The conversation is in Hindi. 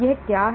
यह क्या है